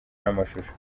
n’amashusho